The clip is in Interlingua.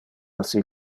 assi